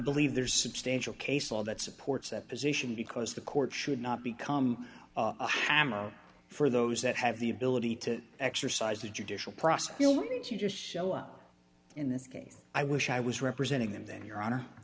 believe there's substantial case law that supports that position because the court should not become a hammer for those that have the ability to exercise the judicial process will mean to just show up in this case i wish i was representing them then your honor